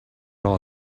all